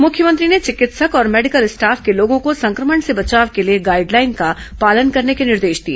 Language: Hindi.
मुख्यमंत्री ने चिकित्सक और मेडिकल स्टाफ के लोगों को संक्रमण से बचाव के लिए गाइड लाईन का पालन के निर्देश दिए